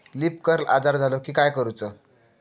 Leaf curl आजार झालो की काय करूच?